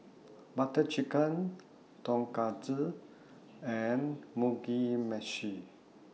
Butter Chicken Tonkatsu and Mugi Meshi